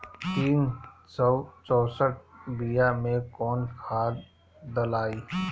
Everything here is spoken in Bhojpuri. तीन सउ चउसठ बिया मे कौन खाद दलाई?